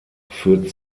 führt